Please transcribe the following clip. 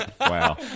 Wow